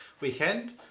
weekend